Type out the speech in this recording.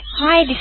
Hi